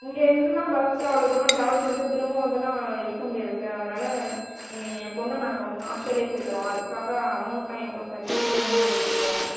இங்கே எங்குளுக்குலாம் பஸ்ஸுக்கு அவ்வளோ தூரம் ட்ராவல் பண்ணிட்டு திரும்ம வந்துலாம் இருக்க முடியாது சார் அதனால் என் பொண்ணை நாங்கள் வந்து ஹாஸ்டல்ல சேர்த்தறோம் அதற்காக அமௌன்ட்லாம் எவ்வளோ சார் ஃபீஸ்லாம் எந்த மாதிரி இருக்கும்